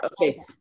okay